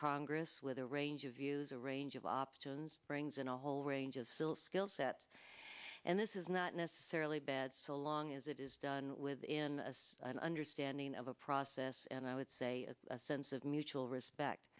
congress with a range of views a range of options brings in a whole range of skill skill sets and this is not necessarily bad so long as it is done within as an understanding of a process and i would say in a sense of mutual respect